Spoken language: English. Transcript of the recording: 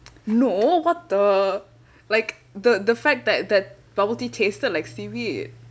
no what the like the the fact that that bubble tea tasted like seaweed